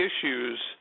issues